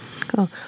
cool